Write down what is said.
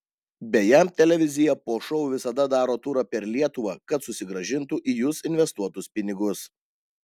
beje televizija po šou visada daro turą per lietuvą kad susigrąžintų į jus investuotus pinigus